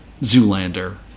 Zoolander